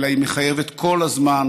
אלא היא מחייבת כל הזמן